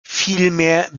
vielmehr